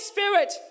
Spirit